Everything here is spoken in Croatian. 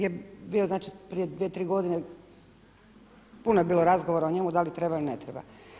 Jer bio je prije dvije, tri godine, puno je bilo razgovora o njemu da li treba ili ne treba.